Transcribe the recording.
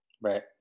right